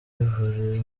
buri